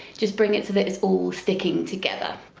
just bring it so that it's all sticking together,